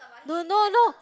no no no